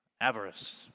avarice